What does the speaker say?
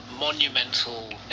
monumental